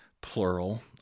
plural